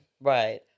Right